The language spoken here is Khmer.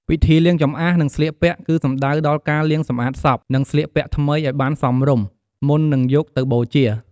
ពិធីលាងចម្អះ និងស្លៀកពាក់ គឺសំដៅដល់ការលាងសម្អាតសព និងស្លៀកពាក់ថ្មីឱ្យបានសមរម្យ មុននឺងយកទៅបូជា។